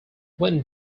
when